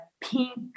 pink